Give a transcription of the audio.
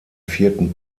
vierten